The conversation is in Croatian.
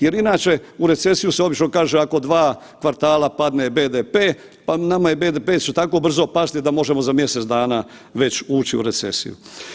Jer inače u recesiju se obično kaže ako dva kvartala padne BDP, pa nama će BDP tako brzo pasti da možemo za mjesec dana već ući u recesiju.